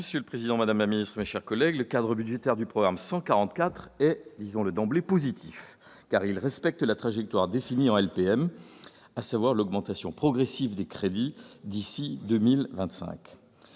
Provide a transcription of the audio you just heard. Monsieur le président, madame la ministre, mes chers collègues, le cadre budgétaire du programme 144 est, disons-le d'emblée, positif, car il respecte la trajectoire définie par la LPM, à savoir l'augmentation progressive des crédits d'ici à 2025.